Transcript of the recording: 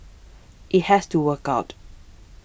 it has to work out